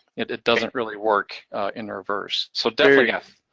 it it doesn't really work in reverse. so, there you have